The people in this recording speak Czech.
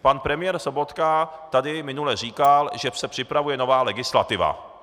Pan premiér Sobotka tady minule říkal, že se připravuje nová legislativa.